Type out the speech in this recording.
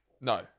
No